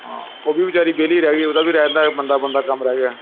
ਹਾਂ ਉਹ ਵੀ ਵਿਚਾਰੀ ਵਿਹਲੀ ਰਹਿ ਗਈ ਉਹਦਾ ਵੀ ਰਹਿੰਦਾ ਬਣਦਾ ਬਣਦਾ ਕੰਮ ਰਹਿ ਗਿਆ